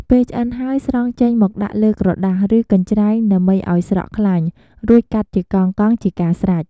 ពេលឆ្អិនហើយ ស្រង់ចេញមកដាក់លើក្រដាស ឬកញ្ច្រែងដើម្បីឱ្យស្រក់ប្រេង រួចកាត់ជាកង់ៗជាការស្រេច។